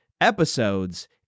episodes